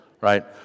right